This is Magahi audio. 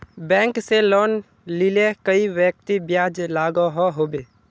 बैंक से लोन लिले कई व्यक्ति ब्याज लागोहो होबे?